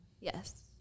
Yes